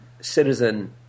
citizen